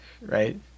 Right